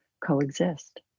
coexist